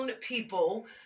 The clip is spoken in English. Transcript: people